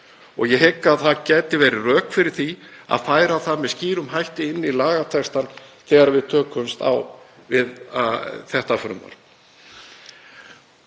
Ég hygg að það gætu verið rök fyrir því að færa það með skýrum hætti inn í lagatextann þegar við tökumst á við þetta frumvarp.